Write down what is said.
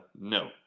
no